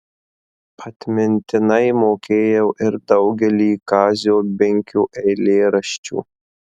atmintinai mokėjau ir daugelį kazio binkio eilėraščių